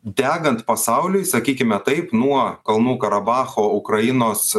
degant pasauliui sakykime taip nuo kalnų karabacho ukrainos